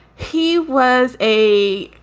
he was a,